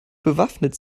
bewaffnet